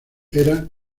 era